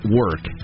work